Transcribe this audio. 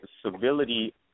civility